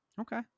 Okay